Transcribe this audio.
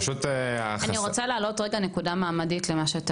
אני רוצה רגע להעלות נקודה מעמדית למה שאתה